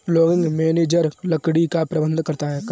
logging manager लकड़ी का प्रबंधन करते है